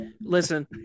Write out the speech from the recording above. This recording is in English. listen